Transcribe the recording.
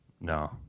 no